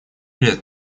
лет